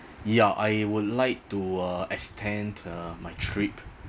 ya I would like to uh extend uh my trip